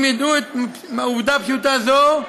אם ידעו עובדה פשוטה זו,